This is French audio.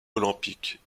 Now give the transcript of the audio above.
olympiques